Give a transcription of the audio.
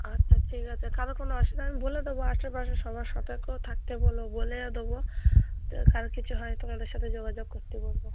আচ্ছা ঠিক আছে কারো কোনো অসুবিধা হলে আমি বলে দেবো আশেপাশে সবার সতর্কও থাকতে বলো বলে দেবো যদি কারো কিছু হয় তোমাদের সাথে যোগাযোগ করতে বলবো